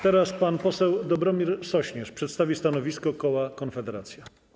Teraz pan poseł Dobromir Sośnierz przedstawi stanowisko koła Konfederacja.